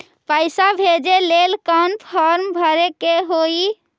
पैसा भेजे लेल कौन फार्म भरे के होई?